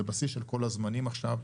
זה בשיא של כל הזמנים עכשיו.